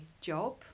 job